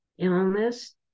illness